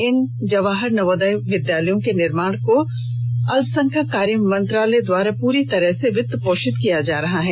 इन जवाहर नवोदय विद्यालयों के निर्माण कार्य को अल्पसंख्यक कार्य मंत्रालय द्वारा पूरी तरह से वित्तपोषित किया जा रहा है